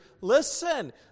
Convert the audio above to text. listen